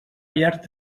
llarg